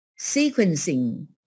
sequencing